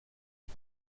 est